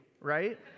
right